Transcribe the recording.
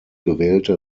gewählte